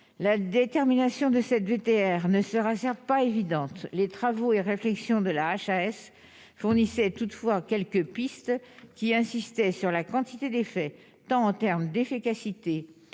la détermination de cette GT-R ne sera certes pas évidente, les travaux et réflexions de la HAS fournissait toutefois quelques pistes qui insistait sur la quantité d'effets tant en termes d'efficacité,